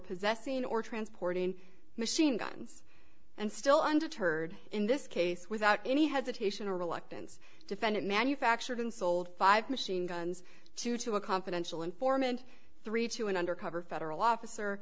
possessing or transporting machine guns and still undeterred in this case without any hesitation or reluctance defendant manufactured sold five machine guns to two a confidential informant three to an undercover federal officer